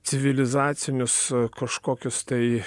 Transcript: civilizacinius kažkokius tai